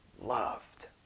loved